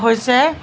হৈছে